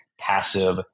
passive